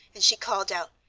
and she called out,